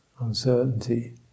uncertainty